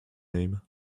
name